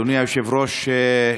אדוני היושב-ראש,